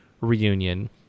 reunion